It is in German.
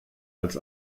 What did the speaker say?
als